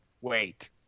Wait